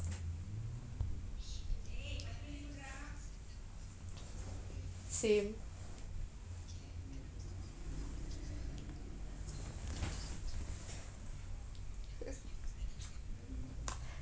same